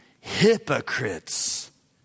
hypocrites